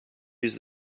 use